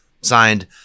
Signed